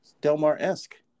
Delmar-esque